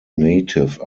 native